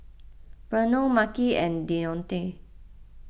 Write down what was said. Bruno Makhi and Deonte